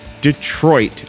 Detroit